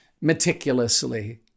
Meticulously